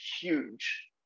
huge